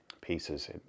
pieces